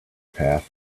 path